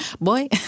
Boy